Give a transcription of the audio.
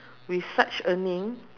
with such earning